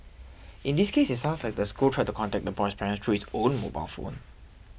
in this case it sounds like the school tried to contact the boy's parents through his own mobile phone